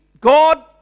God